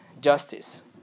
justice